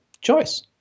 choice